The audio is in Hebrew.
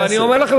אני אומר לכם,